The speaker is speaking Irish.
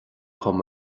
dom